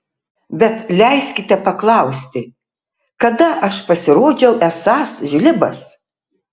bet leiskite paklausti kada aš pasirodžiau esąs žlibas